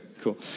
cool